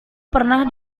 pernah